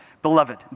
Beloved